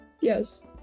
Yes